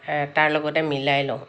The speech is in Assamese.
তাৰ লগতে মিলাই লওঁ